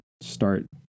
start